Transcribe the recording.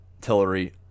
Tillery